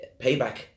payback